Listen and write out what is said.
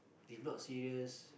if not serious